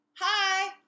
Hi